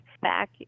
back